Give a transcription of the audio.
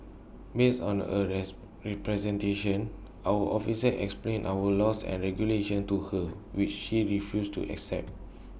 based on her rest representation our officers explained our laws and regulations to her which she refused to accept